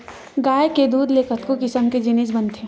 गाय के दूद ले कतको किसम के जिनिस बनथे